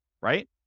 right